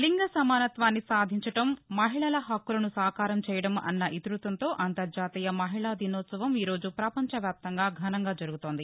లింగ సమానత్వాన్ని సాధించడం మహిళల హక్కులను సాకారం చేయడం అన్న ఇతివృత్తంతో అంతర్జాతీయ మహిళా దినోత్సవం ఈరోజు పపంచవ్యాప్తంగా ఘనంగా జరుగుతోంది